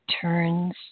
turns